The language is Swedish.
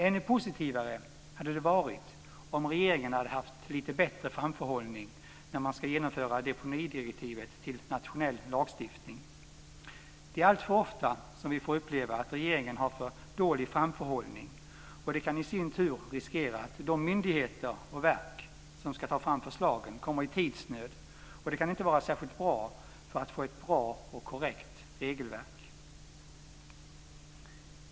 Ännu positivare hade det varit om regeringen hade haft lite bättre framförhållning när man ska överföra deponidirektivet till nationell lagstiftning. Det är alltför ofta som vi får uppleva att regeringen har för dålig framförhållning. Det kan i sin tur riskera att de myndigheter och verk som ska ta fram förslagen kommer i tidsnöd, och det kan inte vara särskilt bra när det gäller att få ett bra och korrekt regelverk.